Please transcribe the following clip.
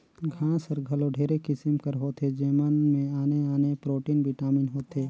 घांस हर घलो ढेरे किसिम कर होथे जेमन में आने आने प्रोटीन, बिटामिन होथे